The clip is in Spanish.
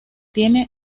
tiene